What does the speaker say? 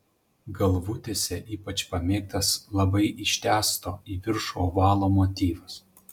galvutėse ypač pamėgtas labai ištęsto į viršų ovalo motyvas